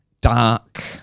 dark